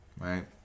Right